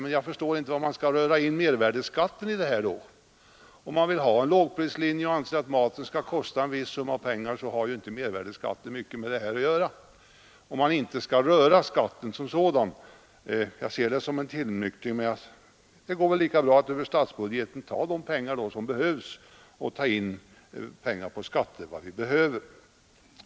Men då förstår jag inte varför man skall dra in mervärdeskatten i sammanhanget. Om man vill ha en lågprislinje och anser att maten skall kosta en viss summa, så har ju mervärdeskatten inte mycket med den saken att göra, om man inte rör skatten som sådan. Jag ser som sagt detta som en tillnyktring, men man kan väl lika bra gå över statsbudgeten och politiska åtgärder ta in de pengar vi behöver via skatterna.